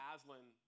Aslan